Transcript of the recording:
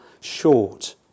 short